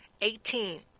Eighteen